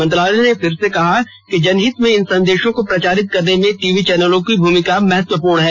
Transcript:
मंत्रालय ने फिर कहा है कि जनहित में इन संदेशों को प्रचारित करने में टीवी चैनलों की भूमिका महत्वपूर्ण हैं